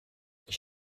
ich